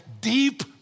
deep